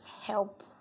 help